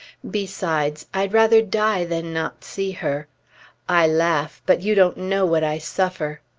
besides, i'd rather die than not see her i laugh, but you don't know what i suffer!